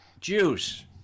juice